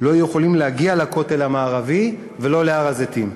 לא היו יכולים להגיע לכותל המערבי ולא להר-הזיתים.